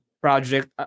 Project